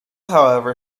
however